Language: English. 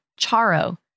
Charo